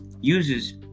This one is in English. uses